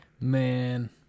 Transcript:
Man